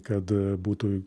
kad būtų